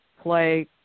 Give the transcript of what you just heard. play